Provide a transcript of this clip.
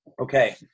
okay